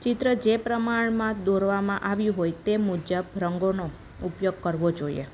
ચિત્ર જે પ્રમાણમાં દોરવામાં આવ્યું હોય તે મુજબ રંગોનો ઉપયોગ કરવો જોઈએ